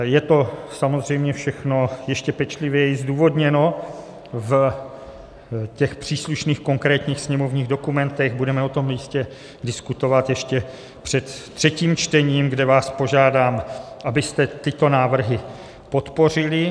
Je to samozřejmě všechno ještě pečlivěji zdůvodněno v těch příslušných konkrétních sněmovních dokumentech, budeme o tom jistě diskutovat ještě před třetím čtením, kde vás požádám, abyste tyto návrhy podpořili.